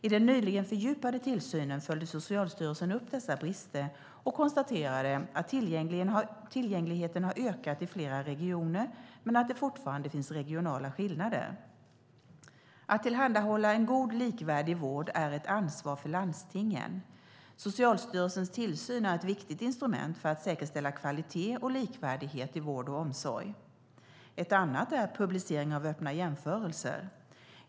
I den nyligen fördjupade tillsynen följde Socialstyrelsen upp dessa brister och konstaterade att tillgängligheten har ökat i flera regioner men att det fortfarande finns regionala skillnader. Att tillhandahålla en god likvärdig vård är ett ansvar för landstingen. Socialstyrelsens tillsyn är ett viktigt instrument för att säkerställa kvalitet och likvärdighet i vård och omsorg. Ett annat är publicering av öppna jämförelser.